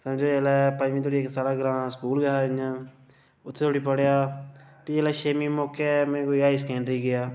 समझो जिसलै पञमीं तक्कर साढ़े ग्रांऽ स्कूल गै हा इ'यां उत्थै धोड़ी पढ़ेआ फ्हीं छेमीं मोकै में कोई हाई सकैंडरी गेआ